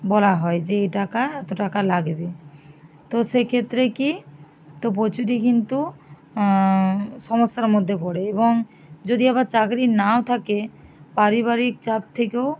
বলা হয় যে এ টাকা এতো টাকা লাগবে তো সেক্ষেত্রে কী তো প্রচুরই কিন্তু সমস্যার মধ্যে পড়ে এবং যদি আবার চাকরি না থাকে পারিবারিক চাপ থেকেও